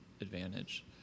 advantage